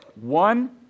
One